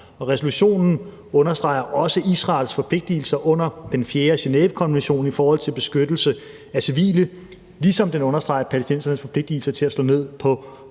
Resolutionen understreger også Israels forpligtelser under den fjerde Genèvekonvention i forhold til beskyttelse af civile, ligesom den understreger palæstinensernes forpligtelser til at slå ned på